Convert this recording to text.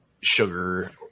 sugar